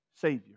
Savior